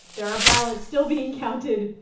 there are ballots still being counted,